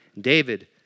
David